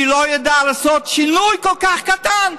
היא לא ידעה לעשות שינוי כל כך קטן.